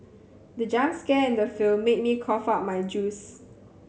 the jump scare in the film made me cough out my juice